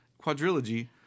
quadrilogy